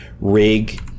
rig